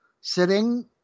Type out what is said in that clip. sitting